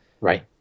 right